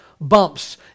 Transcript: bumps